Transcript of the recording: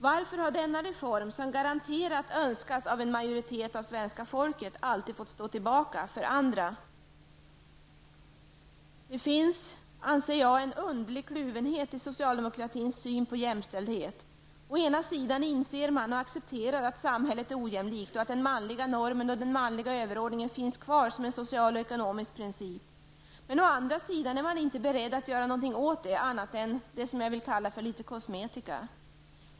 Varför har denna reform, som garanterat önskas av en majoritet av svenska folket, alltid fått stå tillbaka för andra reformer? Jag anser att det finns en underlig kluvenhet i socialdemokratins syn på jämställdhet. Å ena sidan inser man och accepterar att samhället är ojämlikt och att den manliga normen och den manliga överordningen finns kvar som en social och ekonomisk princip. Å andra sidan är man inte beredd att göra något åt saken, annat än så att säga kosmetiska förändringar.